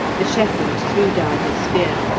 the shepherd threw down his spear,